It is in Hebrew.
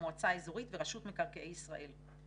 המועצה האזורית ורשות מקרקעי ישראל.